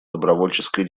добровольческой